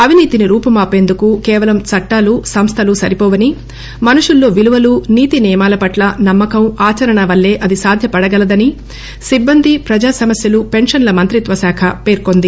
అవినీతిని రూపుమాపేందుకు కేవలం చట్టాలు సంస్థలు సరిపోవని మనుషుల్లో విలువలు నీతి నియమాల పట్ల నమ్మ కం ఆచరణల వల్లే సాధ్యపడగలదని సిబ్బంది ప్రజా సమస్యలు పెన్షన్ల మంత్రిత్వశాఖ పేర్కొంది